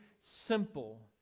simple